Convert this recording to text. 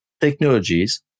technologies